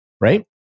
Right